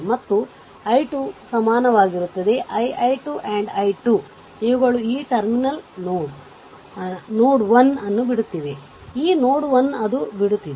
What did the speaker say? ಮತ್ತು i 2 ಸಮಾನವಾಗಿರುತ್ತದೆ i i 2 and i 2 ಇವುಗಳು ಈ ಟರ್ಮಿನಲ್ ನೋಡ್ 1 ಅನ್ನು ಬಿಡುತ್ತಿವೆ ಈ ನೋಡ್ 1 ಅದು ಬಿಡುತ್ತಿದೆ